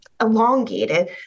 elongated